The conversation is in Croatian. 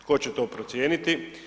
Tko će to procijeniti?